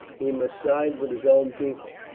he must side with his own people.